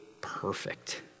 perfect